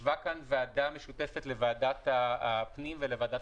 ישבה פה ועדה משותפת לוועדת הפנים ולוועדת